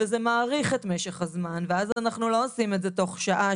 זה מאריך את משך הזמן ואז אנחנו לא עושים את זה תוך שעה,